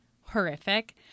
horrific